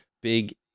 big